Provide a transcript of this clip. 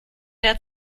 der